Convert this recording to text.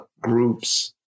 groups